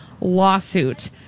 lawsuit